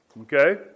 Okay